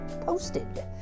posted